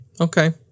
Okay